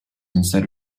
instead